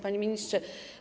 Panie Ministrze!